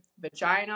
vagina